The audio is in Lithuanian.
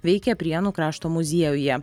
veikia prienų krašto muziejuje